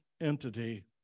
entity